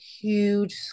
huge